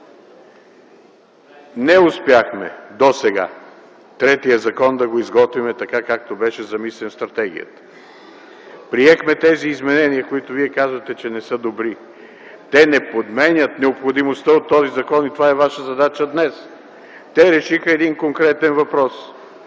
Не успяхме досега да изготвим третия закон така, както беше замислен в стратегията. Приехме тези изменения, които Вие казвате, че не са добри. Те не подменят необходимостта от този закон и това е ваша задача днес. Те решиха един конкретен въпрос.